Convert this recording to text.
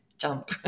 jump